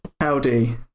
Howdy